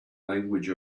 language